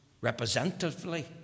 representatively